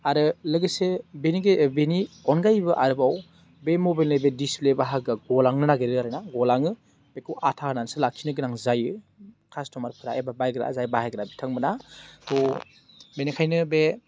आरो लोगोसे बेनि अनगायैबो आरोबाव बे मबाइलनि बे दिसप्ले बाहागोआ गलांनो नागिरो आरो ना गलाङो बेखौ आथा होन्नानैसो लाखिनो गोनां जायो कास्टमारफ्रा एबा बायग्रा जाय बाहायग्रा बिथांमोनहा थ' बिनिखायनो बे